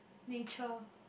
natural